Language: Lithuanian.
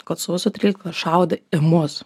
kad sausio tryliktą šaudė į mus